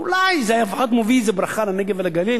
ואולי זה היה מביא איזו ברכה לנגב ולגליל